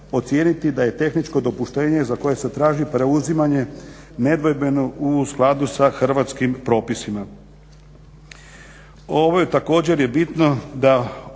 ocijeniti da je tehničko dopuštenje za koje se traži preuzimanje nedvojbeno u skladu sa hrvatskim propisima.